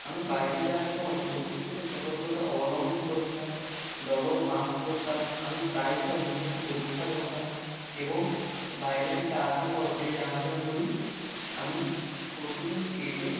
আমি বাইরে যাওয়ার সময় অতিরিক্ত সতর্কতা অবলম্বন করেছিলাম ডবোল মাস্ক পরতাম আমি প্রায়শই নিজেকে পরীক্ষা করতাম এবং বাইরে থেকে আসার পর সেই জামা প্যান্টগুলি আমি প্রতিদিন কেচে